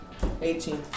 18